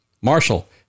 Marshall